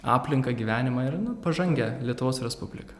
aplinką gyvenimą ir na pažangią lietuvos respubliką